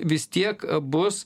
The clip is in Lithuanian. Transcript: vis tiek bus